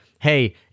hey